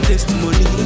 Testimony